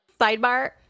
Sidebar